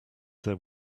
that